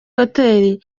hotel